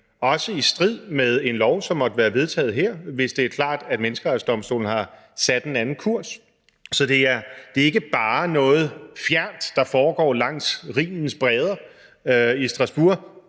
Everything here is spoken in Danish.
også i strid med en lov, som måtte være vedtaget her, hvis det er klart, at Menneskerettighedsdomstolen har sat en anden kurs. Så det er ikke bare noget fjernt, der foregår langs Rhinens breder i Strasbourg,